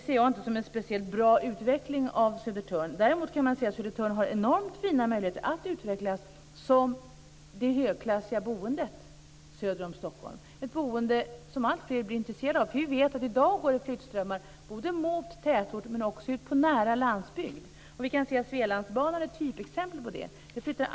Det ser jag inte som någon speciellt bra utveckling av Södertörn. Däremot kan man se att Södertörn har enormt fina möjligheter att utvecklas som det högklassiga boendet söder om Stockholm - ett boende som alltfler blir intresserade av. Vi vet att det i dag går flyttströmmar mot tätort men också mot nära landsbygd. Svealandsbanan är ett typexempel på detta.